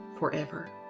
forever